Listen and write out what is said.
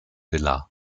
villa